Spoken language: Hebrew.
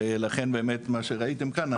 ולכן באמת מה שראיתם כאן,